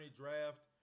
draft